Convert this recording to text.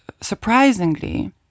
surprisingly